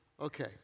Okay